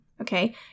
Okay